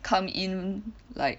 come in like